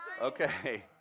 Okay